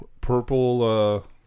Purple